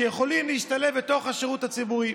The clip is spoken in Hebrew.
שיכולים להשתלב בתוך השירות הציבורי.